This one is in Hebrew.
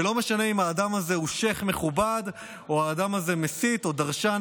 ולא משנה אם האדם הזה הוא שייח' מכובד או האדם הזה מסית או דרשן